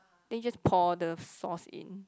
then you just pour the sauce in